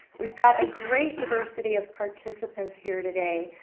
we've got a great diversity of participants here today.